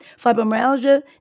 fibromyalgia